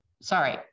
Sorry